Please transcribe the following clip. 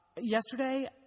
yesterday